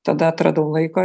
tada atradau laiko